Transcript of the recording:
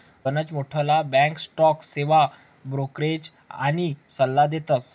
गनच मोठ्ठला bank stock सेवा ब्रोकरेज आनी सल्ला देतस